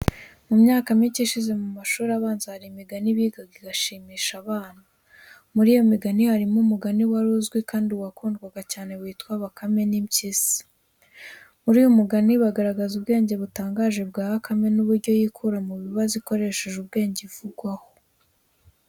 Mu myaka mike ishize mu mashuri abanza hari imigani bigaga igashimisha abana. Muri iyo migani harimo umugani wari uzwi kandi wakundwaga cyane witwa:"Bakame n'Impyisi." Muri uyu mugani bagaragaza ubwenge butangaje bwa bakame n'uburyo yikura mu bibazo ikoresheje ubwenge ivugwaho.